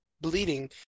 bleeding